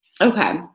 Okay